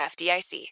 FDIC